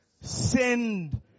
Send